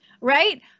right